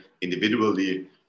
individually